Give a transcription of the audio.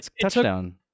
touchdown